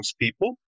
people